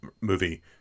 movie